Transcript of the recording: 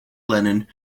lenin